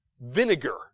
vinegar